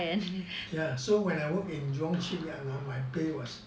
yeah yeah so when I work in jurong shipyard now my pay was